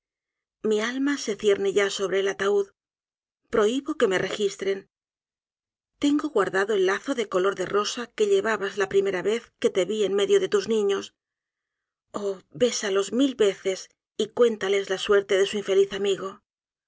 mi alma se cierne ya sobre el ataúd prohibo que me registren tengo guardado el lazo de color de rosa que llevabas la primera vez que te vi en medio de tus niños oh bésalos mil veces y cuéntales la suerte de su infeliz amigo